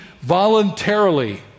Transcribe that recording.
voluntarily